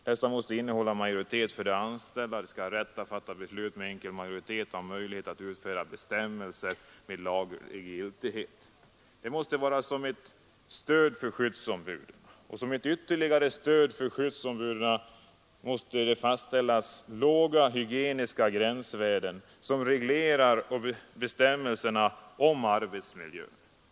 Dessa måste innehålla majoritet för de anställda, ha rätt att fatta beslut med enkel majoritet och ha möjlighet att utfärda bestämmelser med laglig giltighet. Som ett ytterligare stöd för skyddsombuden måste fastställas låga hygieniska gränsvärden och reglerade bestämmelser för arbetsmiljön.